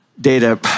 data